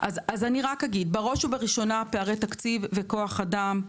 בראש ובראשונה, פערי תקציב וכוח אדם.